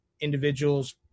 individuals